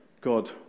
God